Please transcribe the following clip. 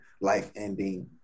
life-ending